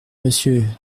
monsieur